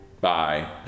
Bye